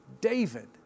David